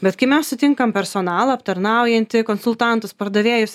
bet kai mes sutinkam personalą aptarnaujantį konsultantus pardavėjus